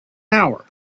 hour